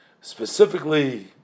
specifically